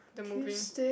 the movie